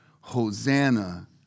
Hosanna